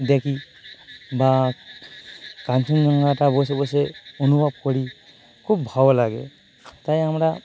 দেখি বা কাঞ্চনজঙ্ঘাটা বসে বসে অনুভব করি খুব ভালো লাগে তাই আমরা